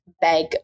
beg